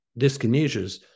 dyskinesias